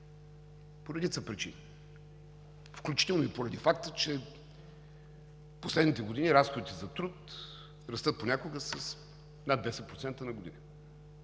по редица причини, включително и поради факта че в последните години разходите за труд растат понякога с над 10% на година.